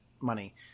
money